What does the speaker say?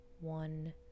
One